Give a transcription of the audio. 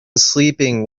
sleeping